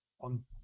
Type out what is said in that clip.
on